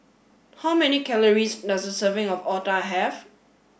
how many calories does a serving of Otah have